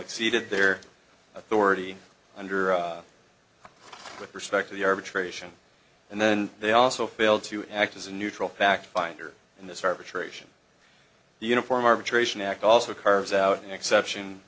exceeded their authority under with respect to the arbitration and then they also failed to act as a neutral fact finder in this arbitration the uniform arbitration act also curves out an exception